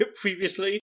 previously